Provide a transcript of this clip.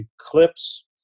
Eclipse